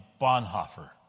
Bonhoeffer